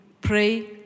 pray